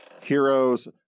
Heroes